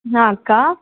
ಹಾಂ ಅಕ್ಕ